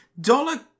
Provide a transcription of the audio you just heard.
dollar